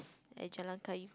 at Jalan Kayu